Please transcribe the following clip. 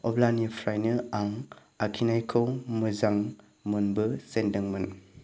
अब्लानिफ्रायनो आं आखिनायखौ मोजां मोनबोजेन्दोंमोन